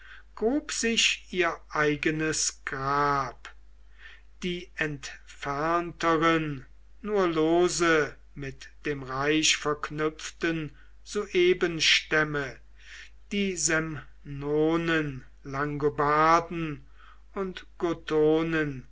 grub sich ihr eigenes grab die entfernteren nur lose mit dem reich verknüpften suebenstämme die semnonen langobarden und